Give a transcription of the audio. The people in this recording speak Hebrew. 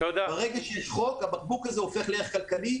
ברגע שיש חוק, הבקבוק הזה הופך לערך כלכלי.